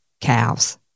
cows